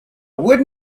would